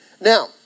Now